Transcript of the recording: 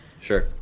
sure